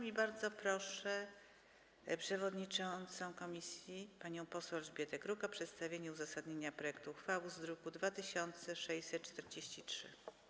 I bardzo proszę przewodniczącą komisji panią poseł Elżbietę Kruk o przedstawienie uzasadnienia projektu uchwały z druku nr 2643.